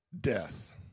death